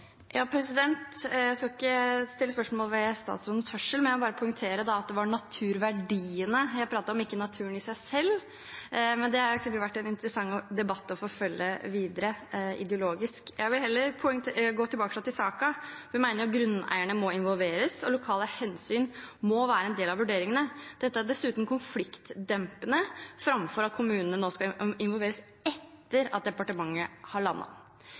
Jeg skal ikke stille spørsmål om statsrådens hørsel, men jeg vil bare poengtere at det var naturverdiene jeg pratet om, ikke naturen i seg selv. Det kunne vært en interessant debatt å forfølge videre ideologisk. Jeg vil heller gå tilbake til saken. Vi mener at grunneierne må involveres, og lokale hensyn må være en del av vurderingene. Dette er dessuten konfliktdempende framfor at kommunene skal involveres etter at departementet har